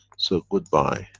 so goodbye.